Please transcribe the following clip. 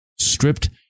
stripped